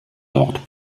dort